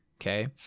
okay